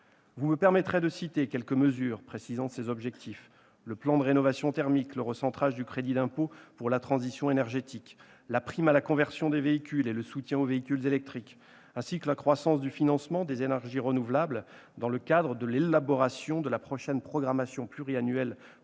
Vous me permettrez de citer quelques mesures précisant ces objectifs : le plan de rénovation thermique et le recentrage du crédit d'impôt pour la transition énergétique, la prime à la conversion des véhicules et le soutien aux véhicules électriques, ou encore la croissance du financement des énergies renouvelables, dans le cadre de l'élaboration de la prochaine programmation pluriannuelle